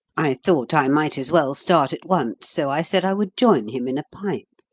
i thought i might as well start at once, so i said i would join him in a pipe,